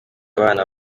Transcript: abana